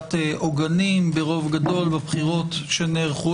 סיעת עוגנים ברוב גדול בבחירות שנערכו